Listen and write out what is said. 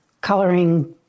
Coloring